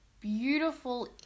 beautiful